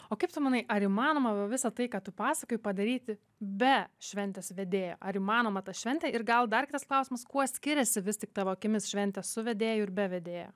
o kaip tu manai ar įmanoma va visa tai ką tu pasakojai padaryti be šventės vedėjo ar įmanoma tą šventė ir gal dar kitas klausimas kuo skiriasi vis tik tavo akimis šventė su vedėju ir be vedėjo